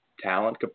talent